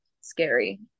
scary